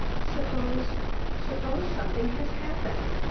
suppose suppose something has happened?